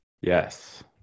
yes